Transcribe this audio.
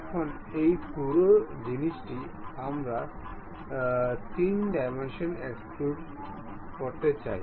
এখন এই পুরো জিনিসটি আমরা 3 ডাইমেনশনে এক্সট্রুড করতে চাই